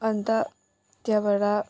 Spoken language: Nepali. अनि त त्यहाँबाट